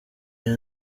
aya